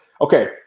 Okay